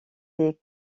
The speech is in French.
des